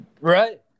Right